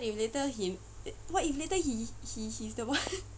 eh later he what if later he he he's the one